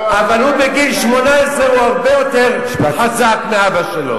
אבל בגיל 18 הוא הרבה יותר חזק מאבא שלו.